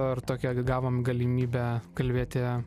ir tokia gavom galimybę kalbėti